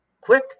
quick